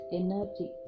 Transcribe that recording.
energy